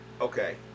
Okay